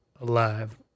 alive